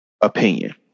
opinion